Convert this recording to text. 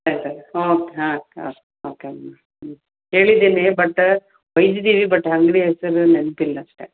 ಆಯ್ತು ಓಕೆ ಹಾಂ okay okay okay ಹಾಂ ಹ್ಞೂ ಕೇಳಿದ್ದೀನಿ ಬಟ್ ಒಯ್ದಿದ್ದೀವಿ ಬಟ್ ಅಂಗ್ಡಿ ಹೆಸ್ರು ನೆನಪಿಲ್ಲ ಅಷ್ಟೆ